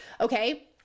Okay